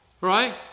Right